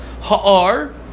Ha'ar